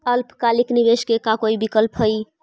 अल्पकालिक निवेश के का कोई विकल्प है?